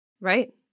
Right